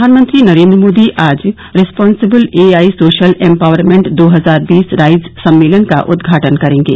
प्रधानमंत्री नरेंद्र मोदी आज responsible A I social empowerment दो हजार बीस राइस सम्मेलन का उद्घाटन करेंगे